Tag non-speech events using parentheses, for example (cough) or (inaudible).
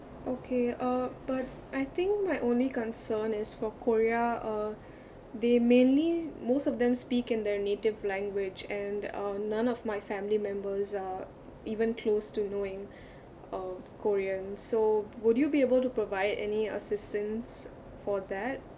okay uh but I think my only concern is for korea uh (breath) they mainly most of them speak in their native language and uh none of my family members are even close to knowing (breath) uh korean so would you be able to provide any assistance for that